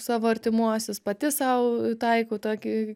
savo artimuosius pati sau taikau tokį